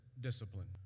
discipline